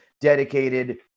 dedicated